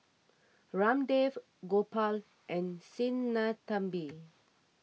Ramdev Gopal and Sinnathamby